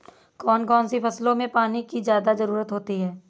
कौन कौन सी फसलों में पानी की ज्यादा ज़रुरत होती है?